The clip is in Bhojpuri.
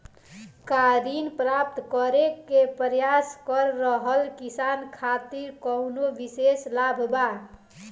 का ऋण प्राप्त करे के प्रयास कर रहल किसान खातिर कउनो विशेष लाभ बा?